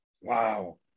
Wow